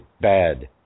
bad